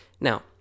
Now